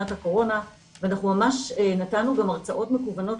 שנת הקורונה ואנחנו ממש נתנו גם הרצאות מקוונות